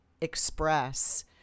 express